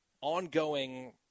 ongoing